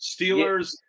Steelers